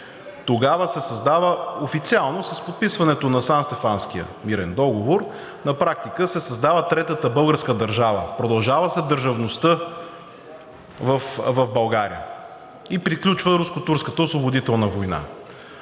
Тогава се създава. Официално с подписването на Санстефанския мирен договор на практика се създава Третата българска държава, продължава се държавността в България и приключва Руско-турската освободителна война.